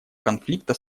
конфликта